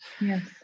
yes